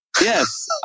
Yes